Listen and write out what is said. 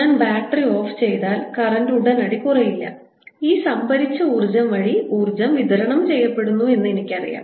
ഞാൻ battery off ചെയ്താൽ current ഉടനടി കുറയുന്നില്ല ഈ സംഭരിച്ച ഊർജ്ജം വഴി ഊർജ്ജം വിതരണം ചെയ്യപ്പെടുന്നു എന്നെനിക്കറിയാം